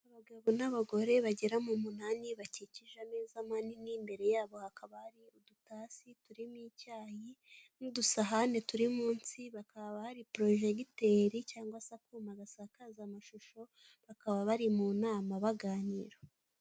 Abagabo n'abagore bagera mu munani, bakikije ameza manini, imbere yabo hakaba hari udutasi turimo icyayi n'udusahane turi munsi, hakaba hari porojegiteri cyangwa se akuma gasakaza amashusho, bakaba bari mu nama baganira.